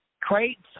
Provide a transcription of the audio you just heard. Crates